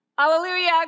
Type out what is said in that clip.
Hallelujah